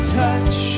touch